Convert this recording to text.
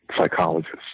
psychologist